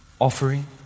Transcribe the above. offering